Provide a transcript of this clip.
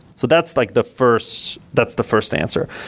so that's like the first that's the first answer.